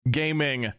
gaming